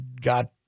got